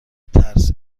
ترس